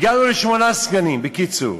הגענו לשמונה סגנים, בקיצור.